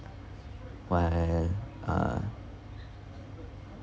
while uh